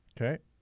Okay